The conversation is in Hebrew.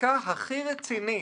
העסקה הכי רצינית